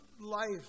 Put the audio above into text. life